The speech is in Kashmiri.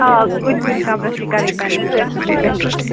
آ کُنہِ کُنہِ کَمبرس چھِ کَرٕنۍ پٮ۪نلِنٛگ سٲرۍسٕے نہٕ کیٚنٛہہ لیکِن